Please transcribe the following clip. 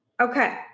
Okay